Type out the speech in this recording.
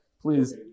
Please